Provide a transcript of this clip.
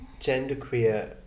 genderqueer